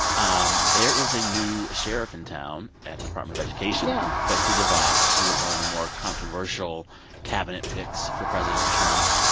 um there is a new sheriff in town at the department of education yeah betsy devos, she was one of the more controversial cabinet picks for president trump.